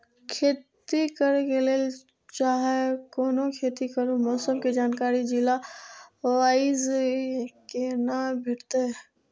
खेती करे के लेल चाहै कोनो खेती करू मौसम के जानकारी जिला वाईज के ना भेटेत?